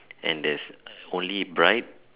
and there's only bride